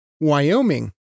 Wyoming